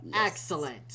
Excellent